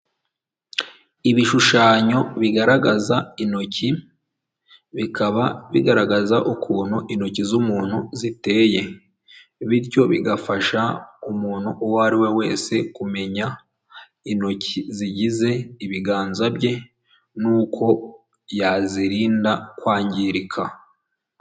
Ibishushanyo bigaragaza intoki, bikaba bigaragaza ukuntu intoki z'umuntu ziteye, bityo bigafasha umuntu uwo ari we wese kumenya intoki zigize ibiganza bye n'uko yazirinda kwangirika.